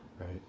Right